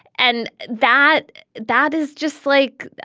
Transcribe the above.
and that that is just like,